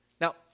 Now